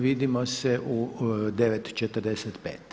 Vidimo se u 9,45.